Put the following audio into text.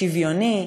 שוויוני,